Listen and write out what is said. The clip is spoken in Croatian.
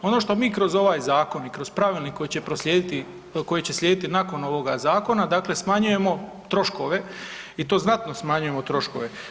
Ono što mi kroz ovaj zakon i kroz pravilnik koji će proslijediti, koji će slijediti nakon ovoga zakona, dakle smanjujemo troškove i to znatno smanjujemo troškove.